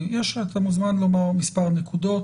אתה מוזמן מספר נקודות,